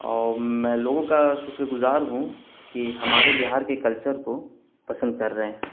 اور میں لوگوں کا شکر گزار ہوں کہ ہمارے بہار کے کلچر کو پسند کر رہے ہیں